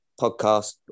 podcast